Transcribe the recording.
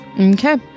Okay